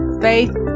faith